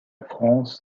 france